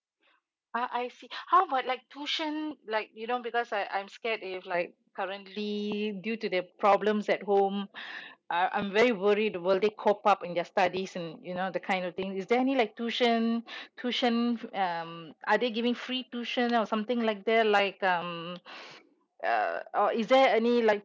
I I feel how about like tuition like you know because I I'm scared if like currently due to the problems at home I I'm very worried about they cope up in their studies and you know that kind of thing is there any like tuition tuition um are they giving free tuition or something like that like um uh or is there any like